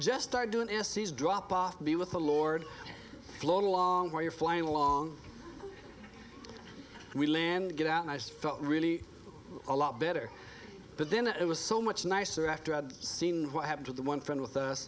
just start doing ses drop off to be with the lord float along while you're flying along we land get out and i just felt really a lot better but then it was so much nicer after i'd seen what happened to the one friend with us